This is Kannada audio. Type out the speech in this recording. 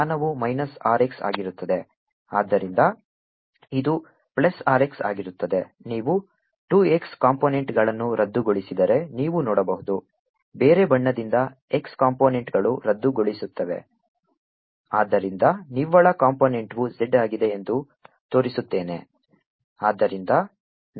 ಆದ್ದರಿಂದ ಇದು ಪ್ಲಸ್ r x ಆಗಿರುತ್ತದೆ ನೀವು 2 x ಕಾಂಪೊನೆಂಟ್ಗಳನ್ನು ರದ್ದುಗೊಳಿಸಿದರೆ ನೀವು ನೋಡಬಹುದು ಬೇರೆ ಬಣ್ಣದಿಂದ x ಕಾಂಪೊನೆಂಟ್ಗಳು ರದ್ದುಗೊಳಿಸುತ್ತವೆ ಆದ್ದರಿಂದ ನಿವ್ವಳ ಕಾಂಪೊನೆಂಟ್ವು z ಆಗಿದೆ ಎಂದು ತೋರಿಸುತ್ತೇನೆ